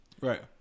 Right